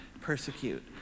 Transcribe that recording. persecute